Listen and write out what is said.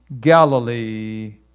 Galilee